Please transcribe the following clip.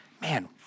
man